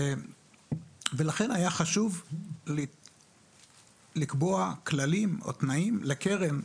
ולכן היה חשוב לקבוע כללים או תנאים לקרן,